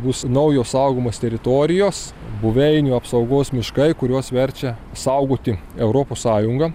bus naujos saugomos teritorijos buveinių apsaugos miškai kuriuos verčia saugoti europos sąjunga